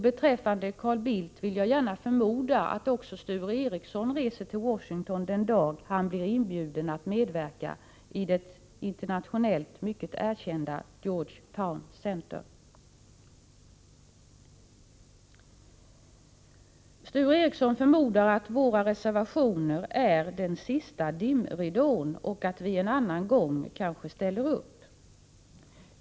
Apropå Carl Bildts resa förmodar jag att även Sture Ericson reser till Washington den dag han blir inbjuden att medverka i det internationellt mycket erkända Georgetown Center. Sture Ericson förmodar att våra reservationer är ”den sista dimridån” och att vi en annan gång kanske ställer upp.